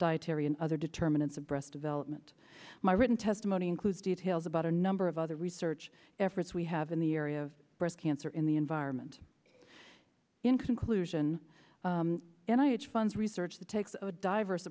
dietary and other determinants of breast development my written testimony includes details about a number of other research efforts we have in the area of breast cancer in the environment in conclusion and i it's funds research that takes a diverse